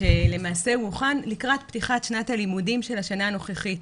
כשלמעשה הוא הוכן לקראת פתיחת שנת הלימודים של השנה הנוכחית,